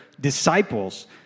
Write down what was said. disciples